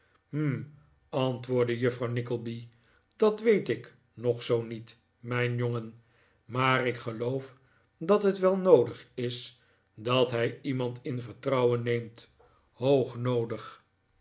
hm antwoordde juffrouw nickleby dat weet ik nog zoo niet mijn jongenmaar ik geloof dat het wel noodig is dat hij iemand in vertrouwen neemt